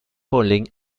polen